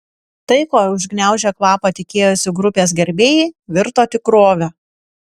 tai ko užgniaužę kvapą tikėjosi grupės gerbėjai virto tikrove